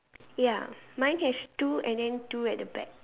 ya mine has two and then two at the back